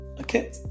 Okay